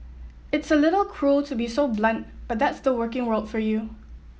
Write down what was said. it's a little cruel to be so blunt but that's the working world for you